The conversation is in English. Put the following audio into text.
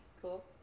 Cool